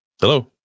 Hello